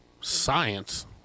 science